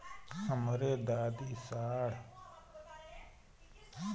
हमरे दादी साढ़ साल क हइ त उनकर खाता खुल जाई?